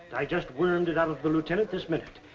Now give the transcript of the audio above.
i just wormed it out of the lieutenant this minute.